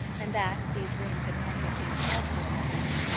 and that, as these rooms had not yet been called for that evening,